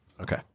Okay